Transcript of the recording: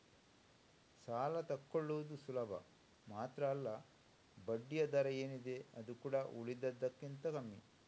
ಸಾಲ ತಕ್ಕೊಳ್ಳುದು ಸುಲಭ ಮಾತ್ರ ಅಲ್ಲ ಬಡ್ಡಿಯ ದರ ಏನಿದೆ ಅದು ಕೂಡಾ ಉಳಿದದಕ್ಕಿಂತ ಕಮ್ಮಿ